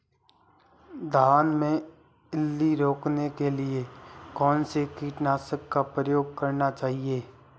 धान में इल्ली रोकने के लिए कौनसे कीटनाशक का प्रयोग करना चाहिए?